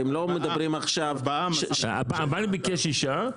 הבנק ביקש שישה,